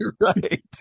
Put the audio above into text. Right